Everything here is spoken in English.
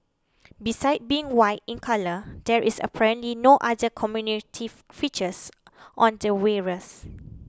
besides being white in colour there is apparently no other features on the wares